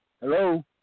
Hello